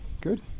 Good